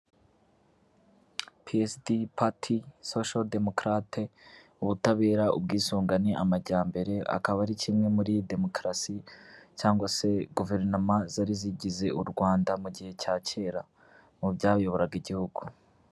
PSD party, Social Democrate ubutabera, ubwisungane, amajyambere, akaba ari kimwe muri demokarasi cyangwa se guverinoma zari zigize u Rwanda mu gihe cya kera, mu byayoboraga igihugu.